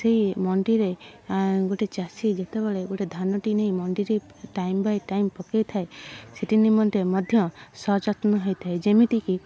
ସେଇ ମଣ୍ଡିରେ ଗୋଟେ ଚାଷୀ ଯେତେବେଳେ ଗୋଟେ ଧାନଟି ନେଇ ମଣ୍ଡିରେ ନେଇ ଟାଇମ୍ ବାଇ ଟାଇମ୍ ପକାଇଥାଏ ସେଥି ନିମନ୍ତେ ମଧ୍ୟ ସଯତ୍ନ ହୋଇଥାଏ ଯେମିତି କି